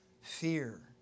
fear